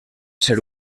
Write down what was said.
ser